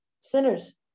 sinners